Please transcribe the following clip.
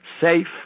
safe